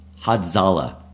Hadzala